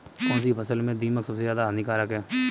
कौनसी फसल में दीमक सबसे ज्यादा हानिकारक है?